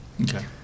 Okay